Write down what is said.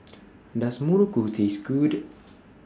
Does Muruku Taste Good